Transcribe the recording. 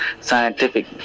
scientific